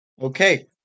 Okay